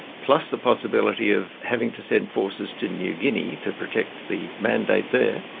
plus the possibility of having to send forces to new guinea to protect the mandate there,